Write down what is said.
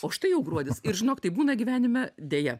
o štai jau gruodis ir žinok tai būna gyvenime deja